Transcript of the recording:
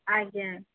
ଆଜ୍ଞା